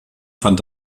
fand